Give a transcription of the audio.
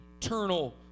eternal